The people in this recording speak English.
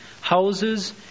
houses